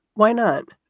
why not?